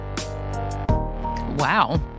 Wow